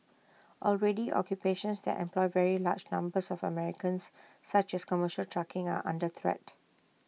already occupations that employ very large numbers of Americans such as commercial trucking are under threat